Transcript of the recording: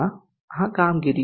માં આ કામગીરી